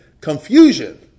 confusion